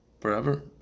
Forever